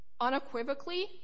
Unequivocally